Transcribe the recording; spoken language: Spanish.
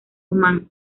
omán